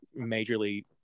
majorly